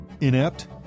inept